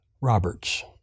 Roberts